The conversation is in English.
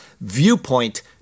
viewpoint